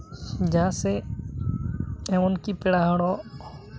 ᱡᱟᱦᱟᱸ ᱥᱮᱫ ᱮᱢᱚᱱ ᱠᱤ ᱯᱮᱲᱟ ᱦᱚᱲᱚᱜ